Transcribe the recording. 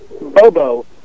Bobo